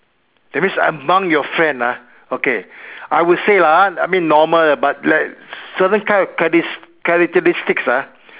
that means among your friend ah okay I would say ah I mean normal but certain kind of charac~ characteristics ah